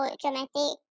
dramatic